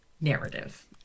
narrative